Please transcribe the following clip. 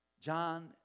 John